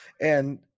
And-